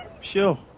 Sure